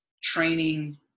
training